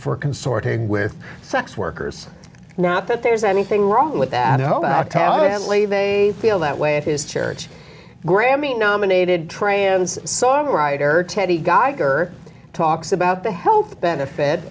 for consorting with sex workers not that there's anything wrong with that how about talent lay they feel that way it is church grammy nominated trans songwriter teddy geiger talks about the health benefit